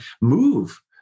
move